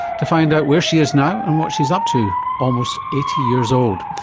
to find out where she is now and what she is up to, almost eighty years old.